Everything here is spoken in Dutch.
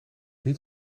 niet